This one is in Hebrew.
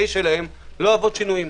לא אוהבים שינויים.